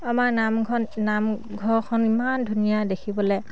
আমাৰ নামখন নামঘৰখন ইমান ধুনীয়া দেখিবলৈ